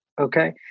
okay